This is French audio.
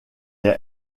est